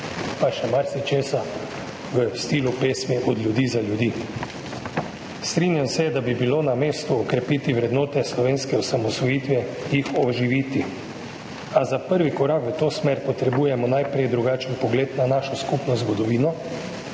pa še marsičesa v stilu pesmi Od ljudi za ljudi. Strinjam se, da bi bilo na mestu okrepiti vrednote slovenske osamosvojitve, jih oživiti, a za prvi korak v to smer potrebujemo najprej drugačen pogled na našo skupno zgodovino,